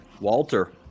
Walter